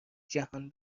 جهان